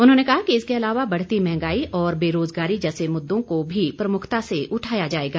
उन्होंने कहा कि इसके अलावा बढ़ती महंगाई व बेरोज़गारी जैसे मुद्दों को भी प्रमुखता से उठाया जाएगा